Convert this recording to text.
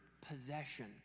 possession